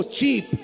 cheap